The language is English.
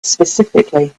specifically